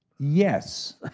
yes,